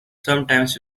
sometimes